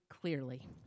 clearly